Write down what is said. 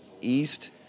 East